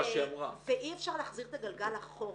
ואי אפשר להחזיר את הגלגל אחורה.